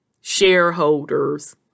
shareholders